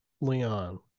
Leon